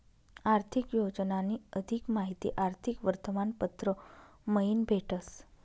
आर्थिक योजनानी अधिक माहिती आर्थिक वर्तमानपत्र मयीन भेटस